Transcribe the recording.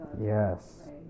Yes